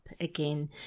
again